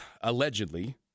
allegedly